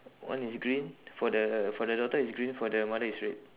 one is green for the for the daughter is green for the mother is red